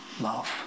love